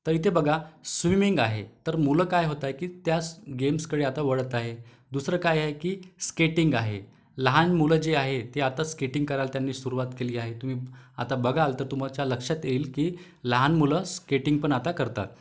तर इथे बघा स्विमिंग आहे तर मुलं काय होतं आहे की त्यास गेम्सकडे आता वळत आहे दुसरं काय आहे की स्केटिंग आहे लहान मुलं जे आहे ते आता स्केटिंग करायला त्यांनी सुरवात केली आहे तुम्ही आता बघाल तर तुमच्या लक्षात येईल की लहान मुलं स्केटिंग पण आता करतात